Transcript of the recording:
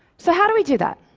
so how do we do that?